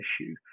issue